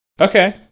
Okay